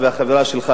אתה והחברה שלך,